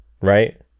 Right